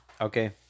Okay